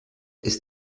ist